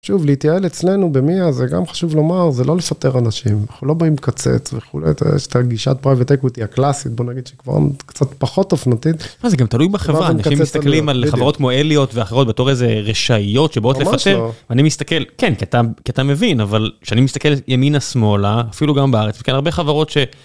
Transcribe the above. שוב, להתייעל אצלנו במיה זה גם, חשוב לומר, זה לא לפטר אנשים. אנחנו לא באים לקצץ וכו', יש את הגישת פרייבט אקוויטי הקלאסית בוא נגיד שכבר קצת פחות אופנותית. זה גם תלוי בחברה אנשים מסתכלים על חברות כמו אליוט ואחרות בתור איזה רשעיות שבאות לפטר, אני מסתכל... ממש לא. כן, כי אתה מבין, אבל כשאני מסתכל ימינה-שמאלה, אפילו כאן בארץ, יש כאן הרבה חברות ש